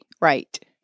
right